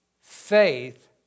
faith